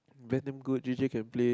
Ben damn good G_J can play